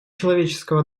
человеческого